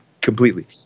completely